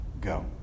Go